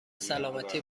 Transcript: سلامتی